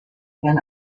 and